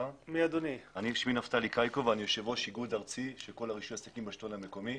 אני יושב ראש איגוד ארצי של כל רישוי העסקים בשלטון המקומי.